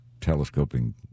telescoping